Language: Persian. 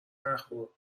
نخور